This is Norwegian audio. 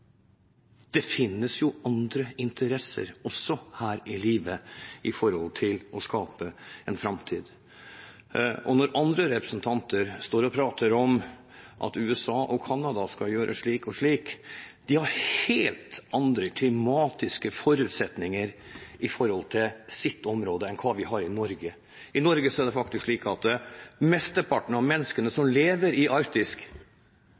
Det finnes jo andre interesser her i livet for å skape en framtid. Og når andre representanter står og prater om at USA og Canada skal gjøre slik og slik: De har helt andre klimatiske forutsetninger i sitt område enn hva vi har i Norge. Det er faktisk slik at mesteparten av menneskene som